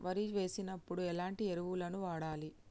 వరి వేసినప్పుడు ఎలాంటి ఎరువులను వాడాలి?